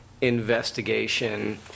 investigation